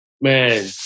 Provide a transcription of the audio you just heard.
Man